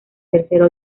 tercero